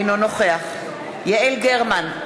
אינו נוכח יעל גרמן,